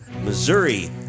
Missouri